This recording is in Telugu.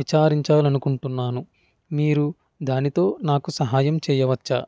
విచారించాలనుకుంటున్నాను మీరు దానితో నాకు సహాయం చెయ్యవచ్చా